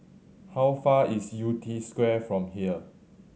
how far away is Yew Tee Square from here